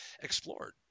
explored